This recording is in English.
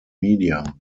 media